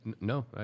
No